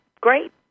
great